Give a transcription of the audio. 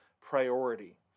priority